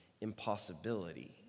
impossibility